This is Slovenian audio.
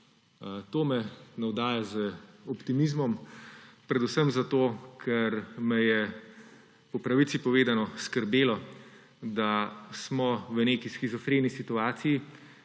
To me navdaja z optimizmom, predvsem zato, ker me je, po pravici povedano, skrbelo, da smo v neki shizofreni situaciji,